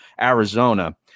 Arizona